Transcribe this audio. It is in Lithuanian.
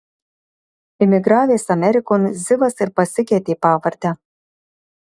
imigravęs amerikon zivas ir pasikeitė pavardę